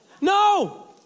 No